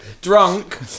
Drunk